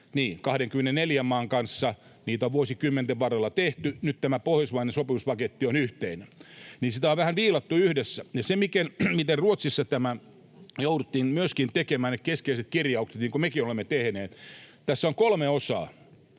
24 maan kanssa, niitä on vuosikymmenten varrella tehty. Nyt tämä pohjoismainen sopimuspaketti on yhteinen, ja sitä on vähän viilattu yhdessä. Se, miten Ruotsissa jouduttiin myöskin tekemään ne keskeiset kirjaukset, niin kuin mekin olemme tehneet, niin tässä on kolme osaa: